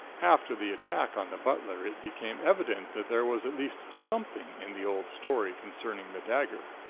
after the attack on the butler, it became evident that there was at least something in the old story concerning the dagger,